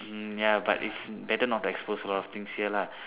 mm ya but it's better not to expose a lot of things here lah